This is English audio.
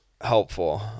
helpful